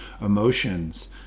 emotions